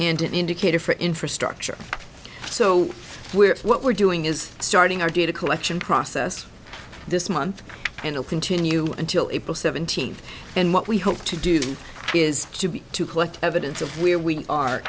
an indicator for infrastructure so we're what we're doing is starting our data collection process this month and will continue until april seventeenth and what we hope to do is to be to collect evidence of where we are